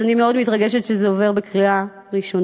אז אני מאוד מתרגשת שזה עובר בקריאה ראשונה,